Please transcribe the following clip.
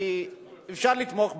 אפשר לתמוך בה,